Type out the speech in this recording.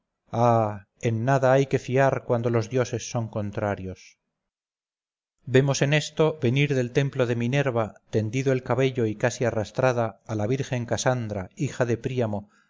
en nada hay que fiar cuando los dioses son contrarios vemos en esto venir del templo de minerva tendido el cabello y casi arrastrada a la virgen casandra hija de príamo